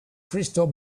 crystal